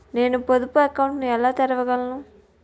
నేను పొదుపు అకౌంట్ను ఎలా తెరవగలను?